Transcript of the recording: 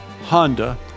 Honda